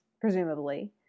presumably